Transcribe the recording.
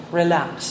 relax